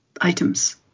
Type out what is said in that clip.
items